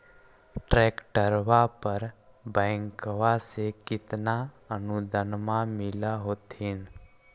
ट्रैक्टरबा पर बैंकबा से कितना अनुदन्मा मिल होत्थिन?